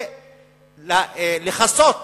זה לכסות